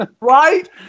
Right